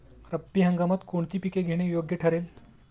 रब्बी हंगामात कोणती पिके घेणे योग्य ठरेल?